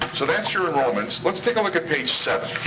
so that's your enrollments. let's take a look at page seven.